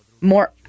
more